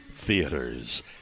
theaters